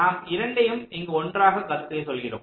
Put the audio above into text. நாம் இரண்டையும் இங்கு ஒன்றாகக் கருத்தில் கொள்கிறோம்